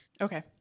Okay